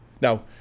Now